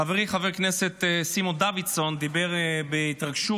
חברי חבר הכנסת סימון דוידסון דיבר בהתרגשות